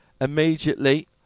immediately